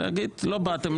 להגיד: לא באתם,